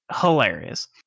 hilarious